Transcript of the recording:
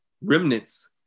remnants